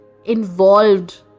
Involved